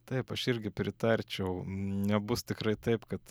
taip aš irgi pritarčiau nebus tikrai taip kad